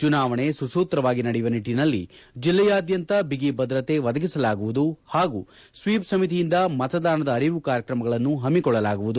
ಚುನಾವಣೆ ಸುಸೂತ್ರವಾಗಿ ನಡೆಯುವ ನಿಟ್ಟನಲ್ಲಿ ಜಿಲ್ಲೆಯಾದ್ದಂತ ಬಿಗಿಭದ್ರತೆ ಒದಗಿಸಲಾಗುವುದು ಹಾಗೂ ಸ್ವೀಪ್ ಸಮಿತಿಯಿಂದ ಮತದಾನದ ಅರಿವು ಕಾರ್ಯಕ್ರಮಗಳನ್ನು ಹಮ್ಮಿಕೊಳ್ಳಲಾಗುವುದು